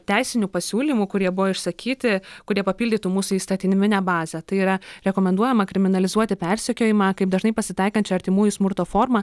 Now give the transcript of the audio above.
teisinių pasiūlymų kurie buvo išsakyti kurie papildytų mūsų įstatyniminę bazę tai yra rekomenduojama kriminalizuoti persekiojimą kaip dažnai pasitaikančią artimųjų smurto formą